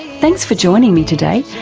thanks for joining me today,